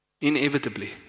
Inevitably